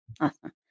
awesome